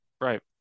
Right